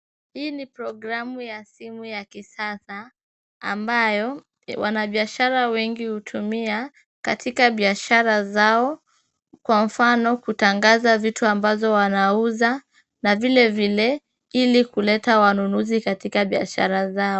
Hii ni programu ya simu ya kisasa ambayo wanabiashara wengi hutumia katika biashara zao, kwa mfano kutangaza vitu ambazo wanauza na vilevile ili kuleta wanunuzi katika biashara zao.